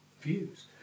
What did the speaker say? views